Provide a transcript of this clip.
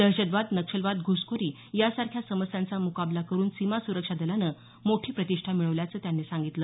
दहशतवाद नक्षलवाद घ्सखोरी या सारख्या समस्यांचा मुकाबला करुन सीमा सुरक्षा दलानं मोठी प्रतिष्ठा मिळवल्याचं त्यांनी सांगितलं